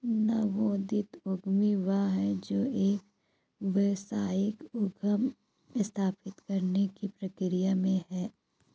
नवोदित उद्यमी वह है जो एक व्यावसायिक उद्यम स्थापित करने की प्रक्रिया में है